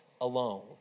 alone